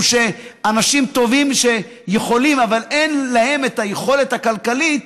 עם אנשים טובים אבל שאין להם את היכולת הכלכלית